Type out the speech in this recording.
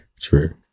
True